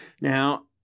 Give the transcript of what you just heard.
now